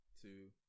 two